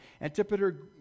Antipater